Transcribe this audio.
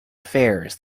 affairs